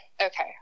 Okay